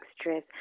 stress